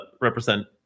represent